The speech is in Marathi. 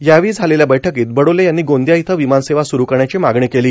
यावेळी झालेल्या बैठकीत बडोले यांनी गोंदिया इथं विमानसेवा सुरु करण्याची मागणी केली